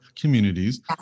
communities